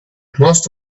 most